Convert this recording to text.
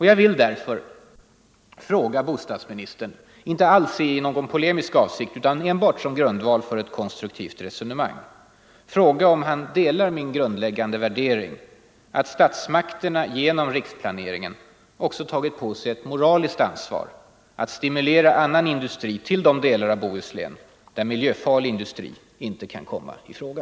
Jag vill därför fråga bostadsministern — inte alls i någon polemisk avsikt, utan enbart som grundval för ett konstruktivt resonemang - om han delar min grundläggande värdering, att statsmakterna genom riksplaneringen också tagit på sig ett moraliskt ansvar att stimulera annan industri till de delar av Bohuslän där miljöfarlig industri inte kan komma i fråga.